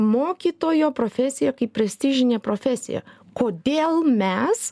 mokytojo profesija kaip prestižinė profesija kodėl mes